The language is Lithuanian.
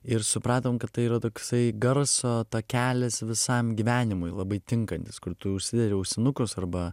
ir supratom kad tai yra toksai garso takelis visam gyvenimui labai tinkantis kur tu užsidedi ausinukus arba